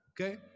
Okay